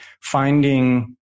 finding